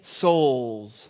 souls